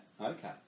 Okay